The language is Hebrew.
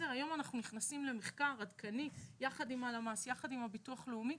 היום אנחנו נכנסים למחקר עדכני יחד עם הלמ"ס ועם הביטוח הלאומי